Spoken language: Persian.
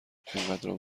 انقدرام